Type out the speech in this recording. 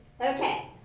Okay